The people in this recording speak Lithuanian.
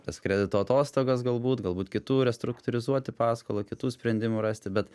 tas kredito atostogas galbūt galbūt kitų restruktūrizuoti paskolą kitų sprendimų rasti bet